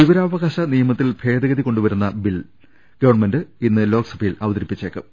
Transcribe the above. വിവരാവകാശ നിയമത്തിൽ ഭേദഗതി കൊണ്ടുവരുന്ന ബിൽ ഗവൺമെന്റ് ഇന്ന് ലോക്സഭയിൽ അവതരിപ്പിച്ചേക്കും